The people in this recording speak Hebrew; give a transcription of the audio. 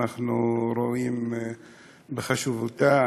אנחנו רואים בחשיבותה.